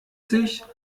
sich